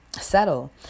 settle